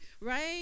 right